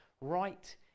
right